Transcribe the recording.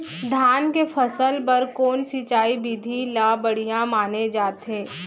धान के फसल बर कोन सिंचाई विधि ला बढ़िया माने जाथे?